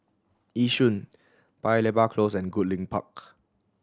Yishun Paya Lebar Close and Goodlink Park